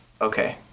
Okay